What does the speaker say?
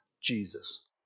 Jesus